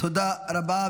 תודה רבה.